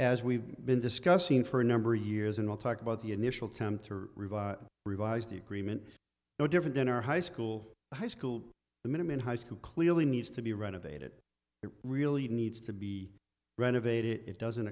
as we've been discussing for a number of years and all talk about the initial term to revise the agreement no different than our high school high school the minimum high school clearly needs to be renovated it really needs to be renovated it doesn't